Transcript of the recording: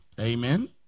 amen